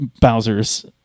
Bowser's